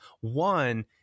One